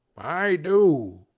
i do,